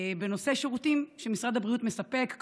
בנושא שירותים שמשרד הבריאות מספק,